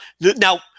now